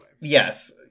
yes